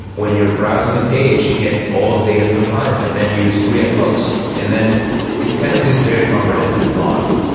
when you're browsing a page, get all the data from the client-side, then you use react hooks. and then it's kind of this very comprehensive model.